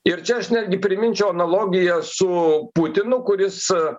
ir čia aš netgi priminčiau analogiją su putinu kuris